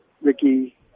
Ricky